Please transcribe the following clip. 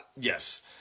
Yes